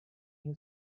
new